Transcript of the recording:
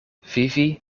vivi